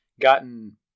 gotten